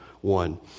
one